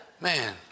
Man